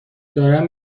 دارم